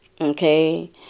okay